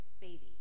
baby